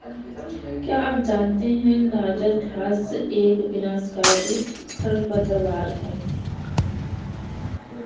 क्या आप जानते है गाजर घास एक विनाशकारी खरपतवार है?